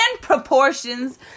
proportions